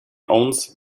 owns